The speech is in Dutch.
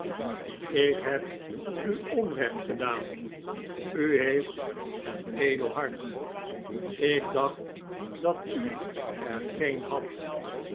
ik heb u onrccht gedaan u heeft een cdcl hart ik dacht dat u er gccn had